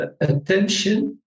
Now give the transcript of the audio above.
attention